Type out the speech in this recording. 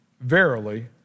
verily